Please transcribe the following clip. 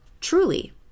Truly